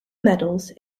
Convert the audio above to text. medals